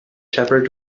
shepherd